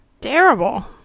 Terrible